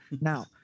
now